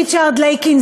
ריצ'רד לייקין,